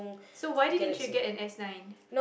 so why didn't you get an S-nine